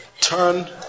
Turn